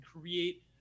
create